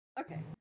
Okay